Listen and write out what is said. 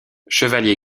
chevalier